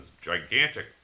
gigantic